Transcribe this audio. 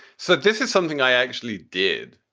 so this is something i actually did.